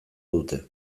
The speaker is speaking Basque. dute